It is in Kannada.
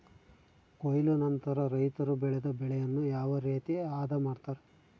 ಕೊಯ್ಲು ನಂತರ ರೈತರು ಬೆಳೆದ ಬೆಳೆಯನ್ನು ಯಾವ ರೇತಿ ಆದ ಮಾಡ್ತಾರೆ?